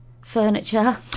furniture